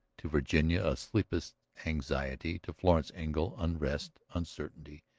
to virginia a sleepless anxiety, to florence engle unrest, uncertainty,